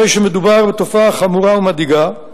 הרי שמדובר בתופעה חמורה ומדאיגה,